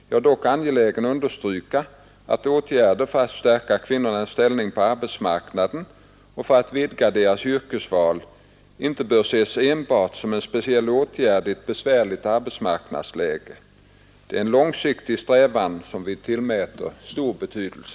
Jag är dock angelägen understryka att åtgärder för att stärka kvinnornas ställning på arbetsmarknaden och för att vidga deras yrkesval inte bör ses enbart som en speciell åtgärd i ett besvärligt arbetsmarknadsläge. Det är en långsiktig strävan som vi tillmäter stor betydelse.